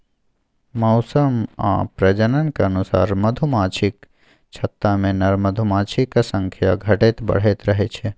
मौसम आ प्रजननक अनुसार मधुमाछीक छत्तामे नर मधुमाछीक संख्या घटैत बढ़ैत रहै छै